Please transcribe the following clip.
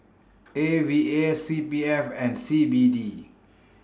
A V A C P F and C B D